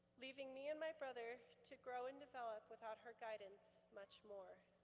leaving me and my brother to grow and develop without her guidance much more.